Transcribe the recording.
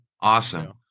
Awesome